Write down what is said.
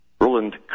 Roland